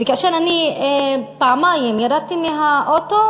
וכאשר אני פעמיים ירדתי מהאוטו,